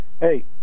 Hey